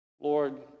Lord